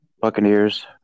Buccaneers